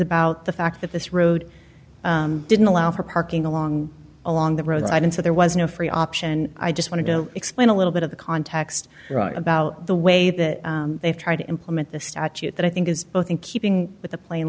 about the fact that this road didn't allow for parking along along the road i didn't say there was no free option i just wanted to explain a little bit of the context right about the way that they've tried to implement the statute that i think is both in keeping with the pla